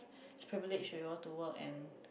privilege to work and